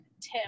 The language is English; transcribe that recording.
Tim